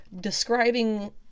describing